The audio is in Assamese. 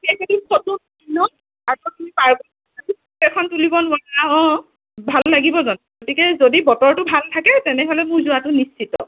ফটো এখন তুলিব নোৱাৰা অ ভাল লাগিব জানো গতিকে যদি বতৰটো ভাল থাকে তেনেহ'লে মোৰ যোৱাটো নিশ্চিত